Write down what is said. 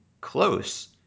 close